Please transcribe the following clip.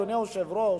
אדוני היושב-ראש,